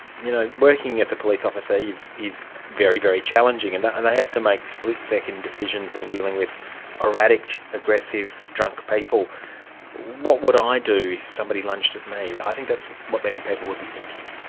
you know, working as a police officer is is very, very challenging and and they have to make split-second decisions when dealing with erratic, aggressive, drunk people what would i do if somebody lunged at me? i think that's what many people would be thinking.